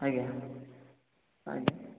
ଆଜ୍ଞା ଆଜ୍ଞା